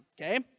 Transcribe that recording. Okay